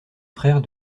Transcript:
frère